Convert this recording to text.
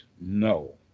no